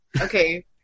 Okay